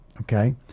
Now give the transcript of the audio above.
Okay